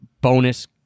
bonus